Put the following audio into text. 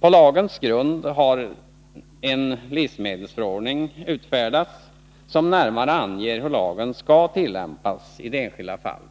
På lagens grund har en livsmedelsförordning utfärdats som närmare anger hur lagen skall tillämpas i det enskilda fallet.